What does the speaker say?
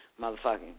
motherfucking